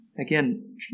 again